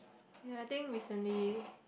ya I think recently